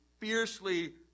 fiercely